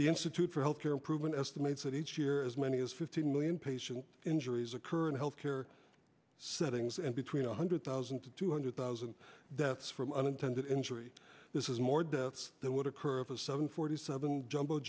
the institute for health care improvement estimates that each year as many as fifteen million patient injuries occur in health care settings and between one hundred thousand to two hundred thousand deaths from unintended injury this is more deaths than would occur of a seven forty seven jumbo